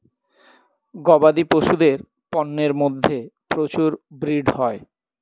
গবাদি পশুদের পন্যের মধ্যে প্রচুর ব্রিড হয়